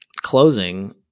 closing